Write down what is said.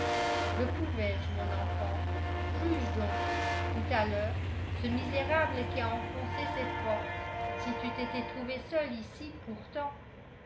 le pouvais-je mon enfant juge donc tout à l'heure ce misérable qui a enfoncé cette porte si tu t'étais trouvée seule ici pourtant